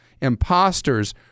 Imposters